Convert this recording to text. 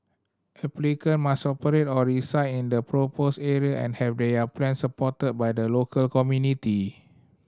applicant must operate or reside in the proposed area and have their plans supported by the local community